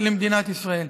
למדינת ישראל.